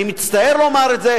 אני מצטער לומר את זה,